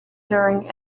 during